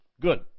Good